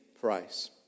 price